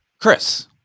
Chris